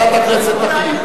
ועדת הכנסת תחליט.